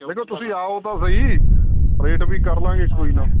ਦੇਖੋ ਤੁਸੀਂ ਆਓ ਤਾਂ ਸਹੀ ਰੇਟ ਵੀ ਕਰ ਲਾਂਗੇ ਕੋਈ ਨਾ